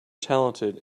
talented